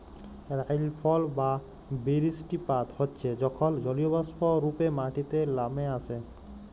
রাইলফল বা বিরিস্টিপাত হচ্যে যখল জলীয়বাষ্প রূপে মাটিতে লামে আসে